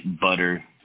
butter